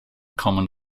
common